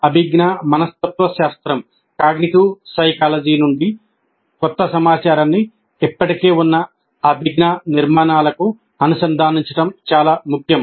అభిజ్ఞా మనస్తత్వశాస్త్రం నుండి క్రొత్త సమాచారాన్ని ఇప్పటికే ఉన్న అభిజ్ఞా నిర్మాణాలకు అనుసంధానించడం చాలా ముఖ్యం